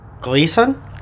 Gleason